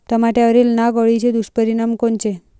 टमाट्यावरील नाग अळीचे दुष्परिणाम कोनचे?